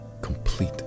complete